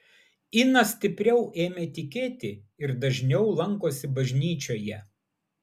ina stipriau ėmė tikėti ir dažniau lankosi bažnyčioje